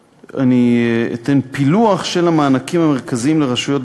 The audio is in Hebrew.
אתן פילוח של המענקים המרכזיים לרשויות